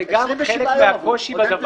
זה גם חלק מהקושי בדבר הזה.